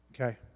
okay